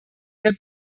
der